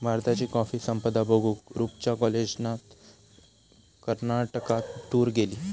भारताची कॉफी संपदा बघूक रूपच्या कॉलेजातना कर्नाटकात टूर गेली